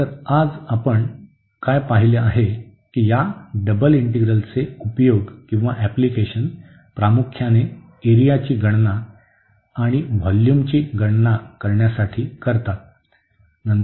तर आज आपण काय पाहिले आहे की या डबल इंटिग्रलचे उपयोग प्रामुख्याने एरियाची गणना आणि व्हॉल्यूमची गणना करण्यासाठी करतात